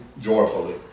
joyfully